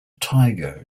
tiger